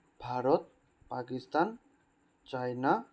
Bharat Pakistan China